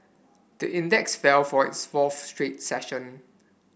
the index fell for its fourth straight session